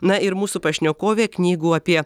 na ir mūsų pašnekovė knygų apie